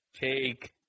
take